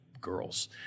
girls